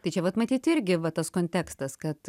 tai čia vat matyt irgi va tas kontekstas kad